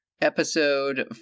episode